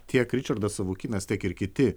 tiek ričardas savukynas tiek ir kiti